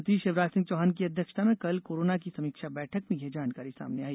मुख्यमंत्री शिवराज सिंह चौहान की अध्यक्षता में कल कोरोना की समीक्षा बैठक में ये जानकारी सामने आई